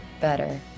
better